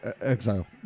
Exile